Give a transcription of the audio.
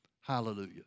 Hallelujah